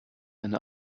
eine